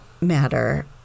matter